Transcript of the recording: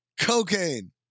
Cocaine